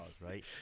right